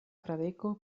fradeko